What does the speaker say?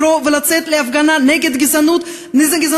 לקרוא ולצאת להפגנה נגד גזענות,